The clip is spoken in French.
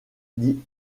dit